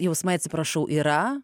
jausmai atsiprašau yra